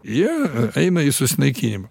jie eina į susinaikinimą